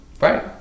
Right